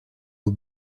aux